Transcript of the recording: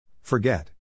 Forget